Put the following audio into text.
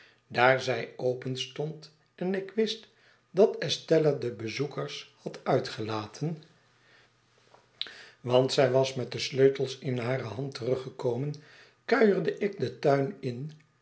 daar zij openstond en ik wist dat estella de bezoekers had uitgelaten want zij was met de sleutels in hare hand teruggekomen kuierde ik den tuin in